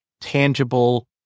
tangible